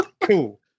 Cool